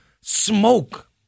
smoke